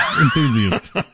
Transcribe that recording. enthusiast